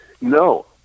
No